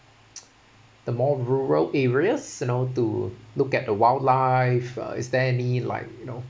the more rural areas you know to look at the wildlife uh is there any like you know